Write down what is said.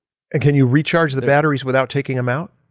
and can you recharge the batteries without taking them out?